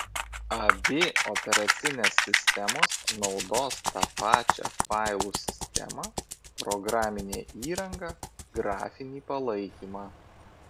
abi operacinės sistemos naudos tą pačią failų sistemą programinę įrangą grafinį palaikymą